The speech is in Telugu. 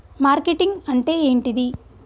మార్కెటింగ్ అంటే ఏంటిది?